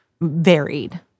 varied